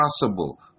possible